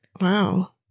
Wow